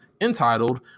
entitled